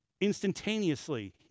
instantaneously